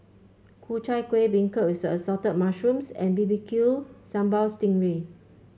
Ku Chai Kuih beancurd with Assorted Mushrooms and B B Q Sambal Sting Ray